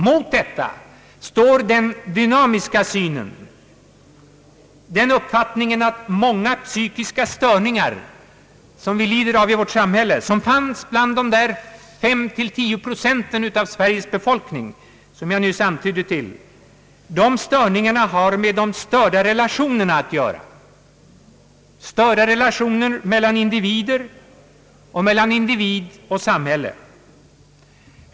Å andra sidan har vi den dynamiska synen, uppfattningen att många psykiska störningar som människor lider av i vårt samhälle — bland de 5—10 procent av Sveriges befolkning som jag nyss talade om — har att göra med störda relationer mellan individer och mellan individer och samhälle.